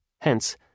Hence